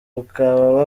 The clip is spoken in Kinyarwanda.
ukaba